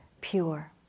pure